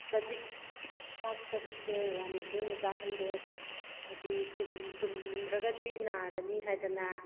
ꯆꯖꯤꯛ ꯆꯥꯛ ꯆꯖꯤꯛꯁꯦ ꯌꯥꯝꯅ ꯇꯣꯏꯅ ꯆꯥꯍꯟꯗꯦ ꯍꯥꯏꯕꯗꯤ ꯇꯨꯝꯗ꯭ꯔꯒꯗꯤ ꯅꯥꯒꯅꯤ ꯍꯥꯏꯗꯅ